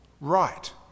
right